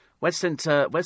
Westminster